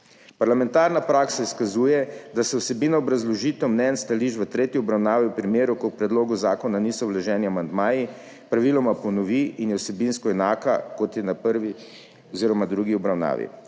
Parlamentarna praksa izkazuje, da se vsebina obrazložitev mnenj, stališč v tretji obravnavi v primeru, ko k predlogu zakona niso vloženi amandmaji, praviloma ponovi in je vsebinsko enaka, kot je na prvi oziroma drugi obravnavi.